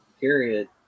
Period